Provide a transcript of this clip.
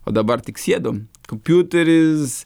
o dabar tik sėdom kompiuteris